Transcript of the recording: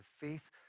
faith